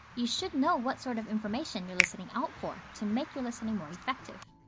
you should know what sort of information you're listening out for to make your listening more effective.